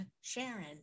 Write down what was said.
Sharon